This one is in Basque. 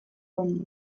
ondo